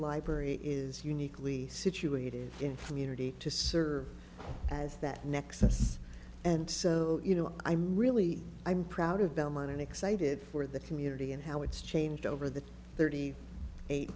library is uniquely situated in from unity to serve as that nexus and so you know i'm really i'm proud of belmont and excited for the community and how it's changed over the thirty eight